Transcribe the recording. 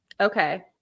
Okay